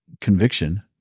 Conviction